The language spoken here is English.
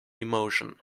emotion